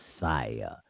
messiah